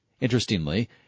Interestingly